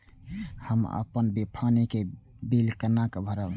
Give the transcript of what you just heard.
हम अपन पानी के बिल केना भरब?